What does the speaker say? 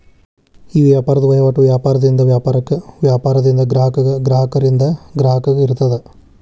ಈ ವ್ಯಾಪಾರದ್ ವಹಿವಾಟು ವ್ಯಾಪಾರದಿಂದ ವ್ಯಾಪಾರಕ್ಕ, ವ್ಯಾಪಾರದಿಂದ ಗ್ರಾಹಕಗ, ಗ್ರಾಹಕರಿಂದ ಗ್ರಾಹಕಗ ಇರ್ತದ